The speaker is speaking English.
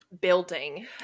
building